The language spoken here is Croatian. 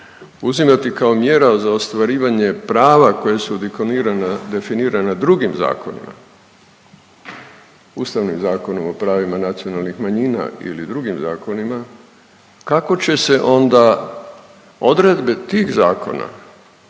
uzimati kao mjera za ostvarivanje prava koje su dikonirana, definirana drugim zakonima, Ustavnim zakonom o pravima nacionalnih manjina ili drugim zakonima, kako će se onda odredbe tih zakona